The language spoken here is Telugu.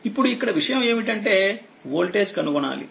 ఇప్పుడుఇక్కడ విషయం ఏమిటంటే వోల్టేజ్ కనుగొనాలి